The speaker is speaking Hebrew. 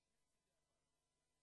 סגן הנשיא